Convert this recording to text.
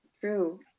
true